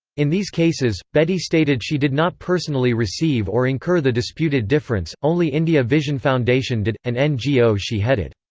in these cases, bedi stated she did not personally receive or incur the disputed difference, only india vision foundation did, an ngo she headed.